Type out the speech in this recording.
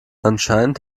anscheinend